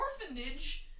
orphanage